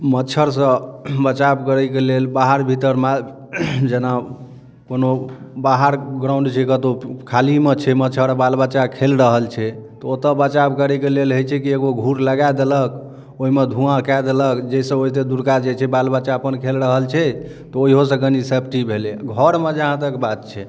मच्छरसँ बचाओ करैके लेल बाहर भीतरमे जेना कोनो बाहर ग्राऊण्ड छै कतहुँ खालीमे छै मच्छर बाल बच्चा खेल रहल छै तऽ ओतऽ बचाओ करैके लेल होइत छै कि एगो घूर लगा देलक ओहिमे धुआँ कै देलक जाहिसँ ओतेक दूरका बाल बच्चा अपन खेल रहल छै तऽ ओहेओसँ कनि सेफ्टी भेलै घरमे जहाँ तक बात छै